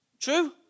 True